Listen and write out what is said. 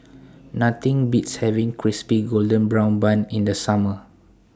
Nothing Beats having Crispy Golden Brown Bun in The Summer